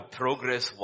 progress